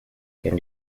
can